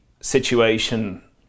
situation